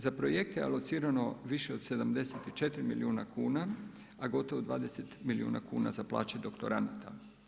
Za projekte je alocirano više od 74 milijuna kuna, a gotovo 20 milijuna kuna za plaće doktoranada.